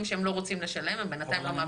שהם לא רוצים לשלם ובינתיים לא מעבירים את הכסף.